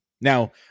Now